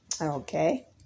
Okay